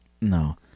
no